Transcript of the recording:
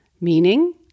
meaning